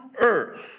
earth